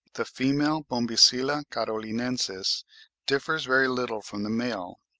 the female bombycilla carolinensis differs very little from the male,